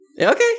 Okay